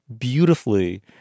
beautifully